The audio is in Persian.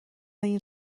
این